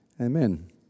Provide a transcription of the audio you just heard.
Amen